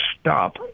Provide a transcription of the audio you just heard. stop